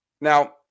Now